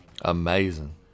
Amazing